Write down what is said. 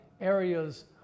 areas